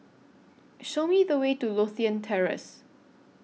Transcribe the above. Show Me The Way to Lothian Terrace